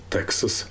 Texas